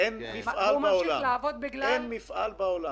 אין מפעל בעולם